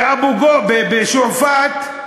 בשועפאט,